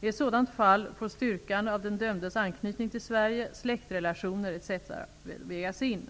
I ett sådant fall får styrkan av den dömdes anknytning till Sverige, släktrelationer etc., vägas in.